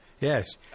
Yes